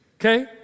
okay